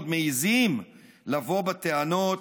עוד מעיזים לבוא בטענות: